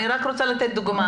אני רק רוצה לתת דוגמה.